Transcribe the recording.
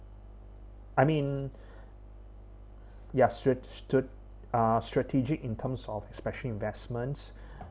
I mean yes stra~ stood uh strategic in terms of especially investments